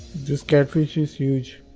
this catfish is huge